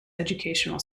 educational